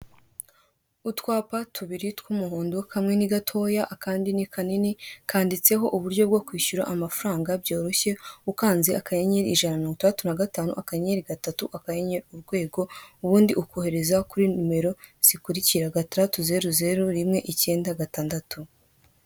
Utwapa tubiri tw'umuhondo, kamwe ni gatoya, akandi ni kanini, kanditseho uburyo bwo kwishyura amafaranga byoroshye, ukanze akanyeyeri, ijana na mirongo itandatu na gatanu, akanyenyeri, gatatu, akanyenyeri, urwego, ubundi ukohereza kuri nimero zikurikira: gatandatu, zeru, zeru, rimwe, icyenda, gatandatu.